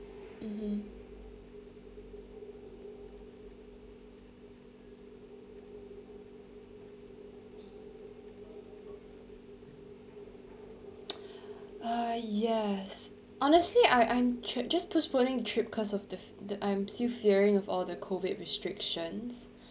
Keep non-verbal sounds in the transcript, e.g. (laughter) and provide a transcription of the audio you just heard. mmhmm (noise) ah yes honestly I I'm ch~ just postponing the trip because of th~ the I'm still fearing of all the COVID restrictions